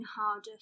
harder